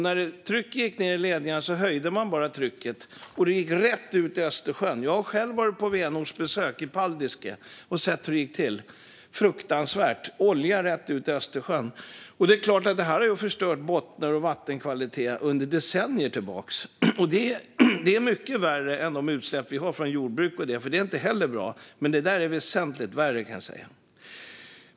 När trycket gick ned i ledningarna höjde man trycket, och oljan gick rätt ut i Östersjön. Jag har själv varit på vänortsbesök i Paldiski och sett hur det har gått till. Det är fruktansvärt med olja rätt ut i Östersjön. Det här har förstört bottnar och vattenkvalitet under decennier. Det är mycket värre än utsläppen från jordbruk. De är inte heller bra, men oljeutsläpp är väsentligt värre.